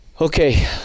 okay